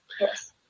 Yes